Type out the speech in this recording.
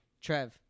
Trev